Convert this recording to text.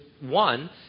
one